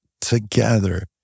together